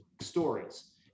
stories